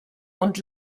und